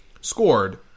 scored